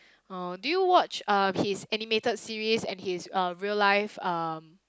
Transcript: oh do you watch uh his animated series and uh his real life um